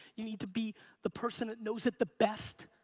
you need to be the person that knows it the best.